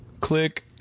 Click